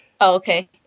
Okay